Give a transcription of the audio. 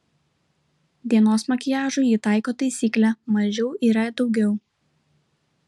dienos makiažui ji taiko taisyklę mažiau yra daugiau